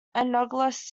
analogous